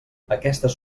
aquestes